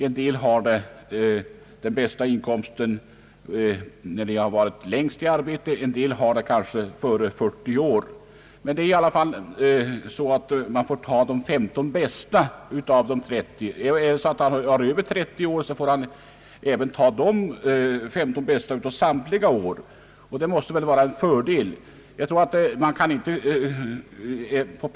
En del har kanske de högsta inkomsterna från den anställning där de varit längst, andra har de högsta inkomsterna före 40 år. Men i samtliga fall tar man vid pensionsberäkningen hänsyn till de fem ton bästa av de trettio åren. Om någon intjänat pensionsrätt under mer än trettio år, skall man också ta de femton bästa av samtliga år.